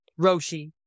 Roshi